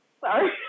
sorry